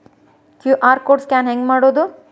QR code scan ಹೆಂಗ್ ಮಾಡೋದು?